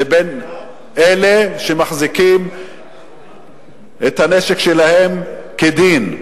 לבין אלה שמחזיקים את הנשק שלהם כדין,